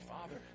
Father